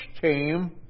team